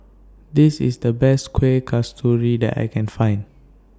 This IS The Best Kueh Kasturi that I Can Find